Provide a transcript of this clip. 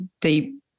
deep